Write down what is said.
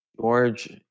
George